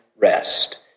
rest